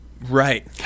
Right